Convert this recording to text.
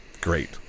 great